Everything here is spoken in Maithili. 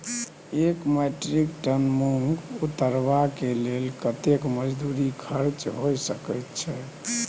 एक मेट्रिक टन मूंग उतरबा के लेल कतेक मजदूरी खर्च होय सकेत छै?